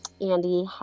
Andy